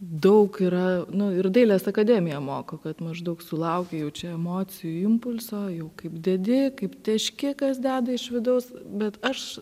daug yra nu ir dailės akademija moko kad maždaug sulauki jau čia emocijų impulso jau kaip dedi kaip teški kas deda iš vidaus bet aš